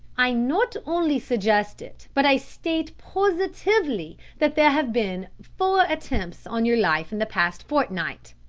i not only suggest it, but i state positively that there have been four attempts on your life in the past fortnight,